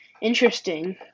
Interesting